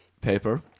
paper